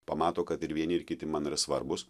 pamato kad ir vieni ir kiti man yra svarbūs